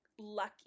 lucky